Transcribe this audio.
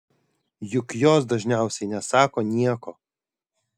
juk jos dažniausiai nesako nieko